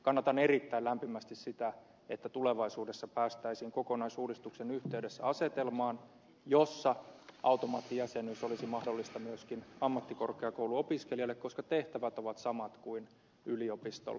kannatan erittäin lämpimästi sitä että tulevaisuudessa päästäisiin kokonaisuudistuksen yhteydessä asetelmaan jossa automaattijäsenyys olisi mahdollista myöskin ammattikorkeakouluopiskelijalle koska tehtävät ovat samat kuin yliopistolla